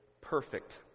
perfect